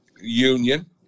union